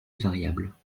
variables